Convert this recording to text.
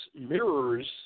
mirrors